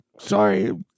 Sorry